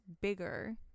bigger